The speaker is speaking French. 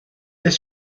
est